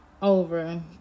Over